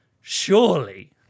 surely